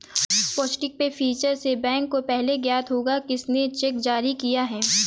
positive pay feature से bank को पहले ज्ञात होगा किसने चेक जारी किया है